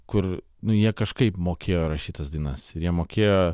kur nu jie kažkaip mokėjo rašyt tas dainas ir jie mokėjo